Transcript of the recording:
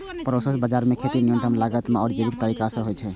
proso बाजाराक खेती न्यूनतम लागत मे आ जैविक तरीका सं होइ छै